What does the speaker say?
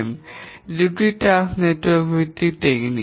এই দুটিই task network ভিত্তিক টেকনিক